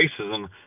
racism